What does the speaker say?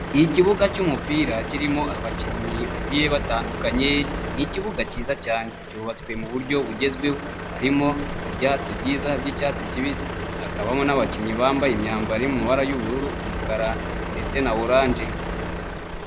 Ikibuga cy'umupira kirimo abakinnyi bagiye batandukanye, ni ikibuga cyiza cyane. Cyubatswe mu buryo bugezweho, harimo ibyatsi byiza by'cyatsi kibisi, hakabamo n'abakinnyi bambaye imyambaro iri mu mabara y'ubururu, umukara ndetse na oranje.